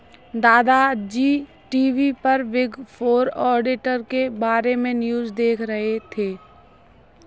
दादा जी टी.वी पर बिग फोर ऑडिटर के बारे में न्यूज़ देख रहे थे